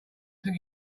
think